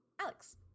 Alex